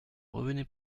revenez